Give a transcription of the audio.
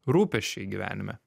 rūpesčiai gyvenime